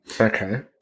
Okay